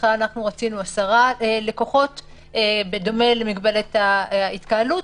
בהתחלה רצינו עשרה לקוחות בדומה למגבלת ההתקהלות.